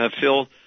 Phil